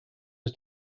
was